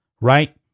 right